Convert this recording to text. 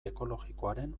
ekologikoaren